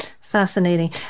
Fascinating